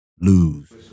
lose